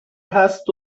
هست